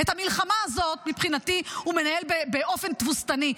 את המלחמה הזאת, מבחינתי, הוא מנהל באופן תבוסתני.